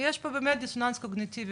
יש פה באמת דיסוננס קוגניטיבי,